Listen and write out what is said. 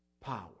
power